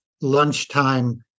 Lunchtime